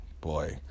Boy